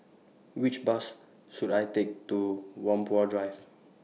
Which Bus should I Take to Whampoa Drive